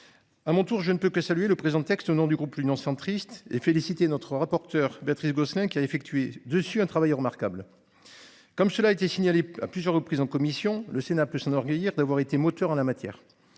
À mon tour je ne peux que saluer le présent texte au nom du groupe l'Union centriste et féliciter notre rapporteur Béatrice Gosselin, qui a effectué dessus un travail remarquable. Comme cela a été signalé à plusieurs reprises en commission le Sénat peut s'enorgueillir d'avoir été moteur en la matière.